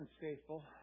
faithful